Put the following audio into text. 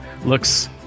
looks